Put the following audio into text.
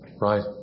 right